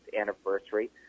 anniversary